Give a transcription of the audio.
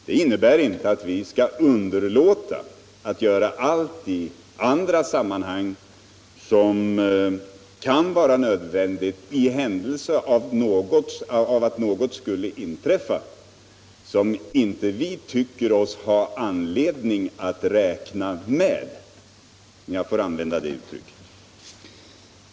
Det innebär inte att vi skall underlåta att göra allt i andra sammanhang som kan vara nödvändigt i händelse av att något skulle inträffa som vi inte tycker oss ha anledning att räkna med, om jag får uttrycka mig så.